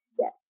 yes